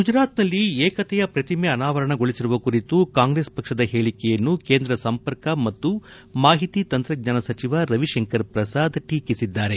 ಗುಜರಾತ್ನಲ್ಲಿ ಏಕತೆಯ ಪ್ರತಿಮೆ ಅನಾವರಣಗೊಳಿಸಿರುವ ಕುರಿತು ಕಾಂಗ್ರೆಸ್ ಪಕ್ಷದ ಹೇಳಿಕೆಯನ್ನು ಕೇಂದ್ರ ಸಂಪರ್ಕ ಮತ್ತು ಮಾಹಿತಿ ತಂತ್ರಜ್ಞಾನ ಸಚಿವ ರವಿಶಂಕರ್ ಪ್ರಸಾದ್ ಟೀಕಿಸಿದ್ದಾರೆ